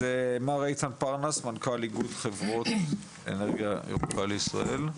מנכ"ל איגוד חברות אנרגיה ירוקה לישראל.